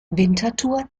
winterthur